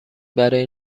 برای